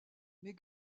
mais